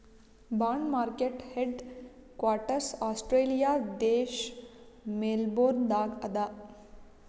bond market headquarters Australia ದೇಶ್ Melbourne ದಾಗ್ ಅದಾ